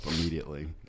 immediately